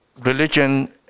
religion